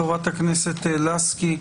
חברת הכנסת לסקי,